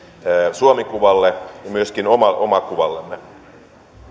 suomi kuvalle ja myöskin omakuvallemme